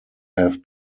have